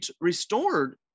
restored